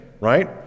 right